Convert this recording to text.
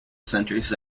centers